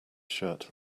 shirt